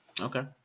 okay